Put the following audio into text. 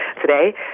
today